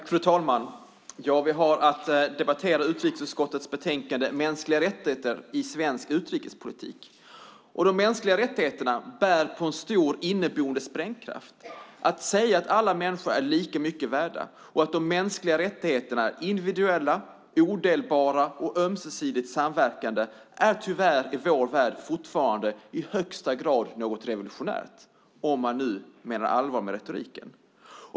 Fru talman! Vi har att debattera utrikesutskottets betänkande Mänskliga rättigheter i svensk utrikespolitik . De mänskliga rättigheterna bär på en stor inneboende sprängkraft. Att säga att alla människor är lika mycket värda och att de mänskliga rättigheterna är individuella, odelbara och ömsesidigt samverkande är tyvärr i vår värld fortfarande i högsta grad något revolutionärt, om man nu menar allvar med retoriken.